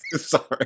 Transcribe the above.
Sorry